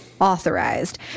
authorized